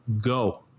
go